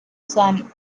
son